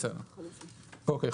אושרו אוקיי.